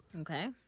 Okay